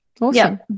Awesome